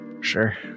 Sure